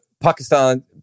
pakistan